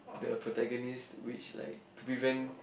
the protagonist which like to prevent